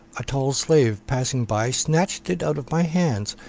a tall slave passing by snatched it out of my hands,